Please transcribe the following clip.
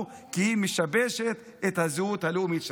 "עתידנא" שפועלת בקרב האוכלוסייה הערבית,